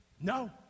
No